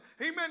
Amen